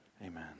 Amen